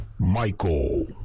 Michael